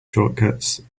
shortcuts